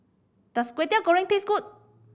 does Kwetiau Goreng taste good